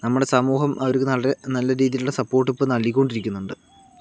നമ്മുടെ സമൂഹം അവർക്ക് നല്ല നല്ല രീതിയിലുള്ള സപ്പോർട്ട് ഇപ്പോൾ നൽകി കൊണ്ടിരിക്കുന്നുണ്ട്